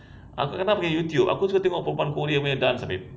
aku kadang-kadang pergi youtube aku suka tengok perempuan korea punya dance ah babe